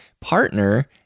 partner